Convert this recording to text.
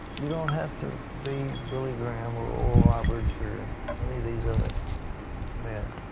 you don't have to be billy graham or oral roberts or any of these other men.